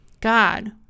God